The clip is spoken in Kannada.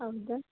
ಹೌದಾ